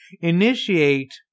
initiate